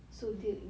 um so dia